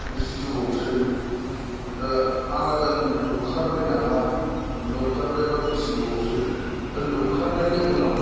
बेसे गोबावसै दा आलादा लुखारबाय नामा लुखारबायबा बेसे गोबावसै दा लुखारनायनि उनाव